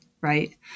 right